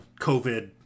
COVID